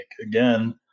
again